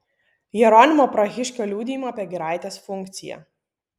jeronimo prahiškio liudijimą apie giraitės funkciją